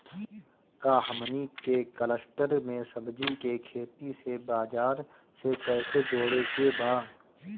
का हमनी के कलस्टर में सब्जी के खेती से बाजार से कैसे जोड़ें के बा?